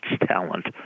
talent